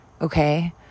Okay